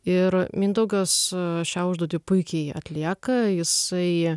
ir mindaugas šią užduotį puikiai atlieka jisai